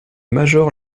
major